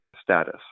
status